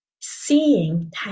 seeing